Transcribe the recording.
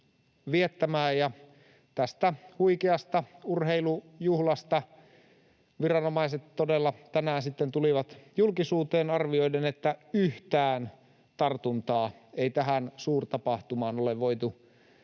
viettämään. Tästä huikeasta urheilujuhlasta viranomaiset todella tänään sitten tulivat julkisuuteen arvioiden, että yhtään tartuntaa ei tähän suurtapahtumaan ole voitu yhdistää.